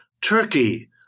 Turkey